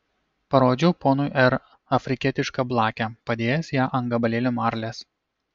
parodžiau ponui r afrikietišką blakę padėjęs ją ant gabalėlio marlės